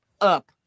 up